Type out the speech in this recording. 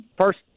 first